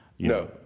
No